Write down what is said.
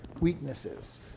weaknesses